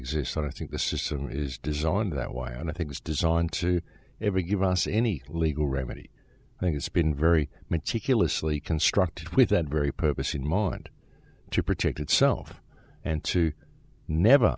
exist i think the system is designed that why i think it's designed to ever give us any legal remedy i think it's been very meticulously constructed with that very purpose in mind to protect itself and to never